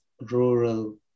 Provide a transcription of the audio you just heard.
rural